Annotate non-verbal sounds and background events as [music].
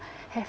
[breath] have